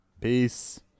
Peace